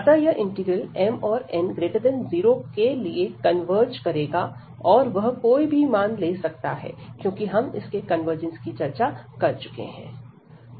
अतः यह integral m औरn0 के लिए कन्वर्ज करेगा और वह कोई भी मान ले सकता है क्योंकि हम इसके कन्वर्जंस की चर्चा कर चुके है